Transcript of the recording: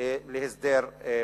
להסדר פוליטי.